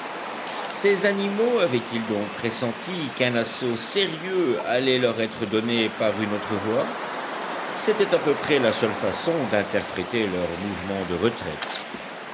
ces animaux avaient-ils donc pressenti qu'un assaut sérieux allait leur être donné par une autre voie c'était à peu près la seule façon d'interpréter leur mouvement de retraite